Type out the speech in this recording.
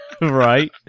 Right